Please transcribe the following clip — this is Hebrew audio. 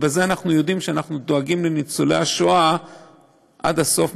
ובזה אנחנו יודעים שאנחנו דואגים לניצולי השואה עד הסוף,